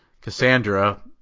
Cassandra